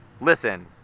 listen